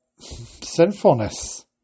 sinfulness